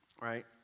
right